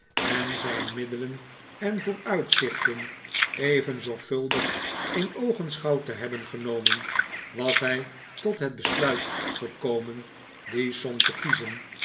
en zijn middelen en voordavid copperfield uitzichten even zorgvuldig in oogenschouw te hebben genomen was hij tot net besluit gekomen die som te kiezen